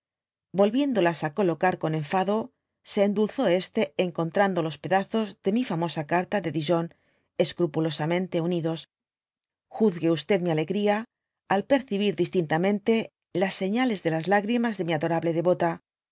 volviéndolas á coloñ car con enfado se endulzó este encontrando los pedazos de mi famosa carta de dijon escmpulosamente unidos juzgué mi alegría al percibir distintamente hs señales de las lágrimas de mi adorable devota